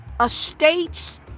estates